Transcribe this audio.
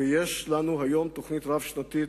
ויש לנו היום תוכנית רב-שנתית,